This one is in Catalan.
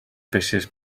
peces